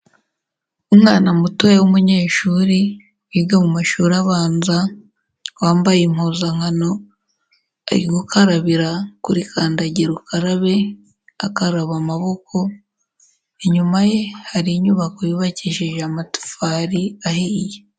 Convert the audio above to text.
Umwana mutoya w'umunyeshuri wiga mu mashuri abanza, wambaye impuzankano, ari gukarabira kuri kandagira ukarabe akaraba amaboko, inyuma ye hari inyubako yubakishije amatafari ahiye.